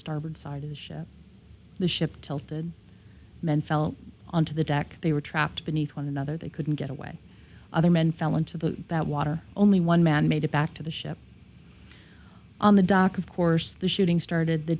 starboard side of the ship the ship tilted men fell onto the dock they were trapped beneath one another they couldn't get away other men fell into the that water only one man made it back to the ship on the dock of course the shooting started the